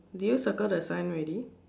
did you circle the sign already